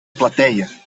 platéia